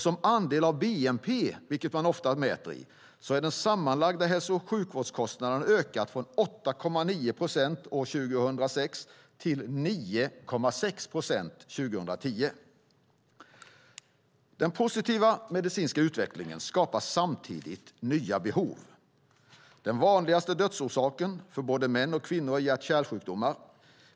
Som andel av bnp, vilket man ofta mäter, har de sammanlagda hälso och sjukvårdskostnaderna ökat från 8,9 procent år 2006 till 9,6 procent år 2010. Den positiva medicinska utvecklingen skapar samtidigt nya behov. Den vanligaste dödsorsaken för både män och kvinnor är hjärt och kärlsjukdomar.